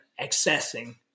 accessing